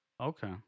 Okay